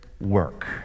work